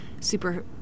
super